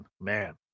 Man